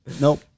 Nope